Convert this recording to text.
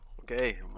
Okay